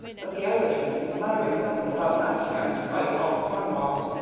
but the irishman, muttering something about not caring to fight all cornwall,